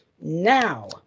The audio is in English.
now